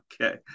Okay